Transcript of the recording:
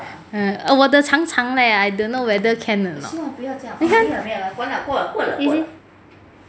err 我的长长 leh I don't know can or not